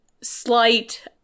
slight